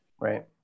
Right